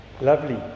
Lovely